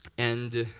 and